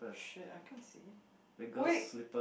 shit I can't see wait